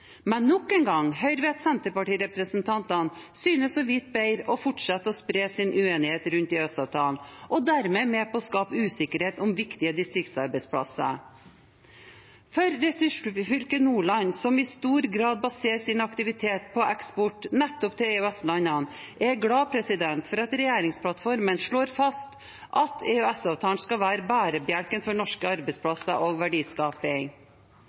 Men nok en gang hører vi at Senterparti-representantene synes å vite bedre og fortsetter å spre sin uenighet rundt EØS-avtalen og dermed er med på å skape usikkerhet om viktige distriktsarbeidsplasser. For ressursfylket Nordland, som i stor grad baserer sin aktivitet på eksport nettopp til EØS-landene, er jeg glad for at regjeringsplattformen slår fast at EØS-avtalen skal være bærebjelken for norske arbeidsplasser og verdiskaping.